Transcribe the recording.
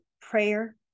prayer